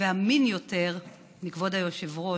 ואמין יותר מכבוד היושב-ראש,